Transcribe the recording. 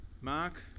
Mark